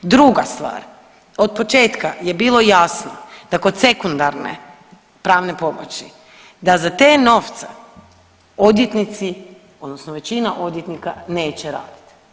Druga stvar, od početka je bilo jasno da kod sekundarne pravne pomoći da za te novce odvjetnici odnosno većina odvjetnika neće raditi.